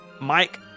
Mike